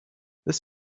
this